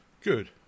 Good